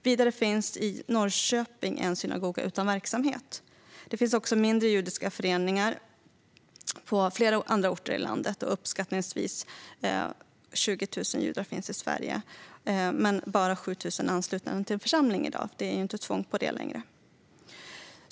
Vidare finns i Norrköping en synagoga utan verksamhet. Det finns också mindre judiska föreningar på flera orter i landet. Uppskattningsvis finns det 20 000 judar i Sverige, men endast 7 000 är anslutna till en församling. Det är ju inget tvång längre.